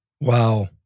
Wow